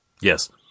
Yes